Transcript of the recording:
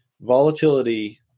volatility